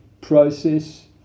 process